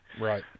Right